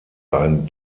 ein